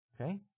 Okay